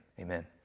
Amen